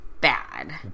bad